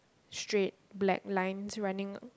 straight black lines running